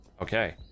Okay